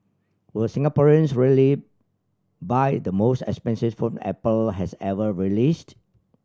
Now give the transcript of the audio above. will Singaporeans really buy the most expensive phone Apple has ever released